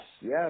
yes